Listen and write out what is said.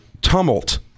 tumult